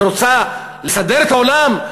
ורוצה לסדר את העולם.